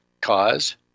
cause